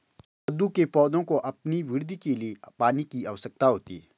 कद्दू के पौधों को अपनी वृद्धि के लिए पानी की आवश्यकता होती है